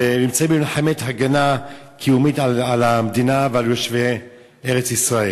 נמצאים במלחמת הגנה קיומית על המדינה ועל יושבי ארץ-ישראל.